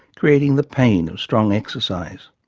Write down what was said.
creating the pain of strong exercise.